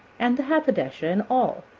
and the haberdasher, and all,